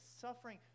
suffering